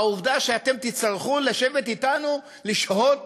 העובדה שאתם תצטרכו לשבת אתנו, לשהות